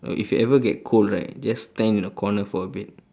if you ever get cold right just stand in the corner for a bit